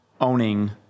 owning